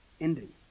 ending